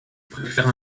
préfère